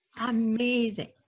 Amazing